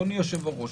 אדוני היושב-ראש,